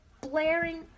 blaring